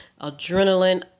adrenaline